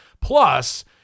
Plus